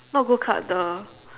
not go kart the